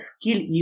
skill